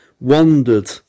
wandered